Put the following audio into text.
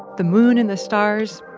the moon and the stars,